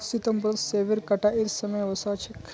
सितंबरत सेबेर कटाईर समय वसा छेक